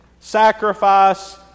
sacrifice